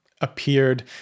appeared